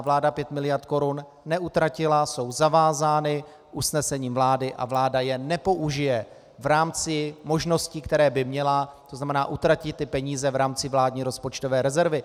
Vláda pět miliard korun neutratila, jsou zavázány usnesením vlády a vláda je nepoužije v rámci možností, které by měla, to znamená, utratit ty peníze v rámci vládní rozpočtové rezervy.